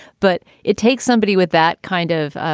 but it takes somebody with that kind of.